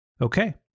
Okay